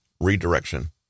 Redirection